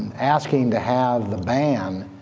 asking to have the ban,